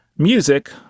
music